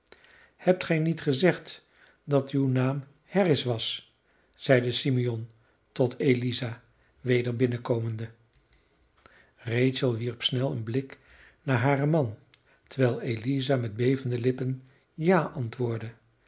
hebt gij niet gezegd dat uw naam harris was zeide simeon tot eliza weder binnenkomende rachel wierp snel een blik naar haren man terwijl eliza met bevende lippen ja antwoordde